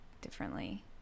differently